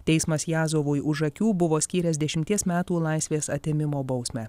teismas jazovui už akių buvo skyręs dešimties metų laisvės atėmimo bausmę